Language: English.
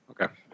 Okay